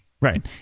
Right